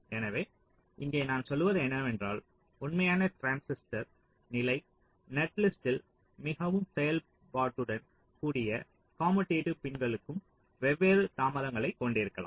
எனவே இங்கே நாம் சொல்வது என்னவென்றால் உண்மையான டிரான்சிஸ்டர் நிலை நெட்லிஸ்ட்டில் மிகவும் செயல்பாட்டுடன் கூடிய கமுடேடிவ் பின்களும் வெவ்வேறு தாமதங்களைக் கொண்டிருக்கலாம்